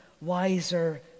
wiser